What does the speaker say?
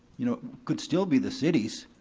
you know, could still be the city's.